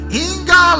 inga